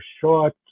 short